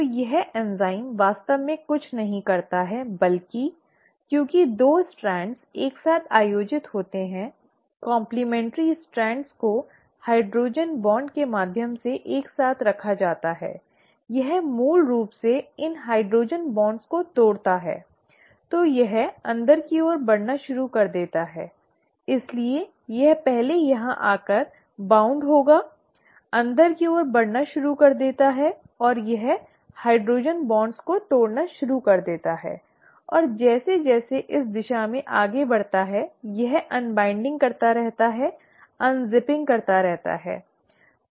तो यह एंजाइम वास्तव में कुछ नहीं करता है बल्कि क्योंकि 2 स्ट्रैंड्स एक साथ आयोजित होते हैं काम्प्लमेन्टरी स्ट्रेंड्स को हाइड्रोजन बॉन्ड के माध्यम से एक साथ रखा जाता है यह मूल रूप से इन हाइड्रोजन बॉन्ड्स को तोड़ता हैतो यह अंदर की ओर बढ़ना शुरू कर देता है इसलिए यह पहले यहां आकर बाउंड होगाअंदर की ओर बढ़ना शुरू कर देता है और यह हाइड्रोजन बॉन्ड्स को तोड़ना शुरू कर देता है और जैसे जैसे इस दिशा में आगे बढ़ता है यह अन्वाइन्डिंग करता रहता है अनज़िप करता रहता है